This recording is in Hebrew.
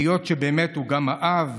היות שהוא באמת גם אהב